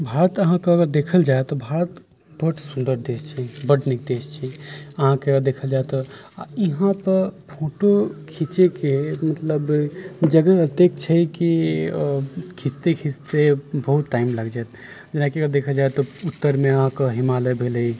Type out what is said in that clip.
भारत अहाँके अगर देखल जाइ तऽ भारत बहुत सुन्दर देश छै बड्ड नीक देश छै अहाँके देखल जाइ तऽ इहाँपर फोटो खिँचैके मतलब जगह एतेक छै कि खिँचते खिँचते बहुत टाइम लगि जाएत जेनाकि अगर देखल जाइ तऽ उत्तरमे अहाँके हिमालय भेलै